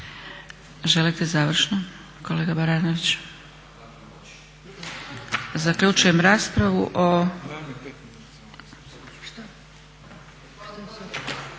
Želite završno kolega Baranović? Ne. Zaključujem raspravu.